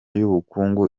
y’ubukungu